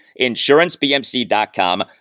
insurancebmc.com